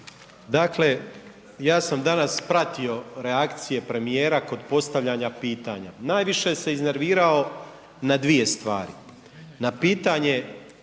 Dakle, ja sam danas pratio reakcije premijera kod postavljanja pitanja. Najviše se iznervirao na dvije stvari. Na pitanje